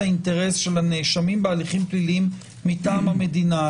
האינטרס של הנאשמים בהליכים פליליים מטעם המדינה.